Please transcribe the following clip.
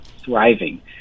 thriving